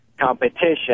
competition